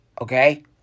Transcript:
Okay